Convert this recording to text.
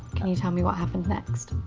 can you tell me what happened next?